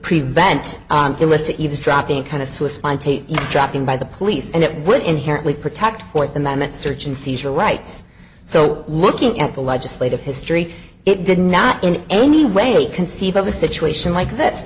prevent illicit eavesdropping kind of suicide you dropping by the police and it would inherently protect fourth amendment search and seizure rights so looking at the legislative history it did not in any way conceive of a situation like this